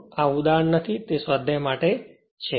તે આ ઉદાહરણ નથી તે સ્વાધ્યાય માટે છે